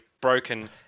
broken